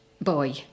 boy